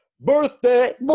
birthday